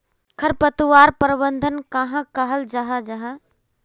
खरपतवार प्रबंधन कहाक कहाल जाहा जाहा?